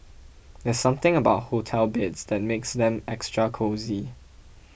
there's something about hotel beds that makes them extra cosy